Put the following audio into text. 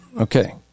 Okay